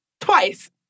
twice